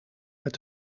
met